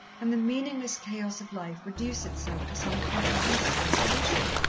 and the meaningless chaos of life reduce itself to some comprehensible solution.